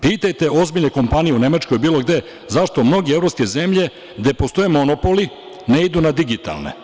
Pitajte ozbiljne kompanije u Nemačkoj, bilo gde, zašto mnoge evropske zemlje gde postoje monopoli ne idu na digitalne?